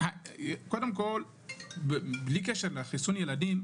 בלי קשר לחיסון ילדים,